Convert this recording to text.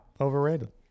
overrated